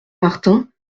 martin